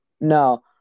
No